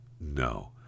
No